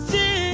See